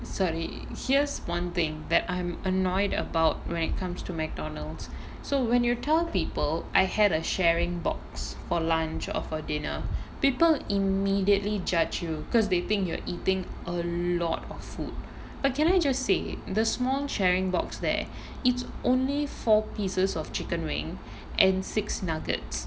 sorry here's one thing that I'm annoyed about when it comes to McDonald's so when you're tell people I had a sharing box for lunch or for dinner people immediately judge you because they think you're eating a lot of food but can I just say the small sharing box there it's only four pieces of chicken wing and six nuggets